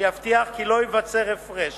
שיבטיח כי לא ייווצר הפרש